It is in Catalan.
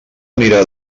anirà